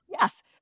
Yes